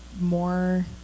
more